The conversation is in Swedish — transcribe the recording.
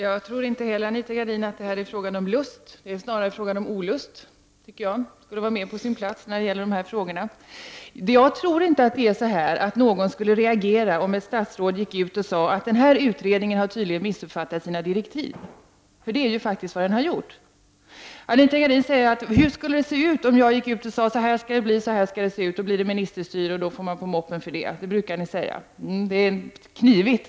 Herr talman! Jag tror inte heller att det här är en fråga om lust, Anita Gradin. Det är snarare fråga om olust, vilket är mer på sin plats när det gäller de här frågorna. Jag tror inte att någon skulle reagera om ett statsråd sade: Den här utredningen har tydligen missuppfattat sina direktiv. Det är faktiskt vad den har gjort. Anita Gradin säger: Hur skulle det se ut om jag gick ut och sade att så här skall det bli och så här skall det se ut? Det blir ministerstyre, och då får vi på moppe för det. Det brukar ni säga.